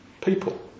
people